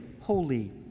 Holy